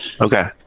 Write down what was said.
Okay